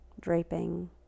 draping